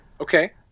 okay